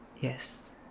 yes